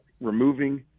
removing